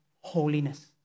holiness